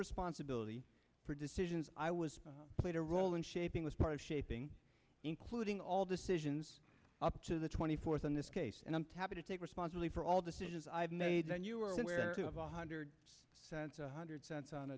responsibility for decisions i was played a role in shaping was part of shaping including all decisions up to the twenty fourth in this case and i'm taboo to take responsibly for all decisions i've made then you are aware of a hundred cents one hundred cents on